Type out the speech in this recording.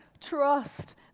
trust